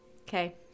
Okay